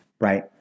right